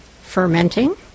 fermenting